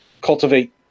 cultivate